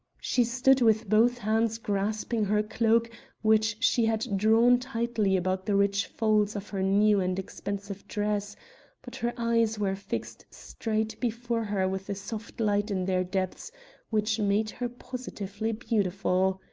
she stood with both hands grasping her cloak which she had drawn tightly about the rich folds of her new and expensive dress but her eyes were fixed straight before her with a soft light in their depths which made her positively beautiful.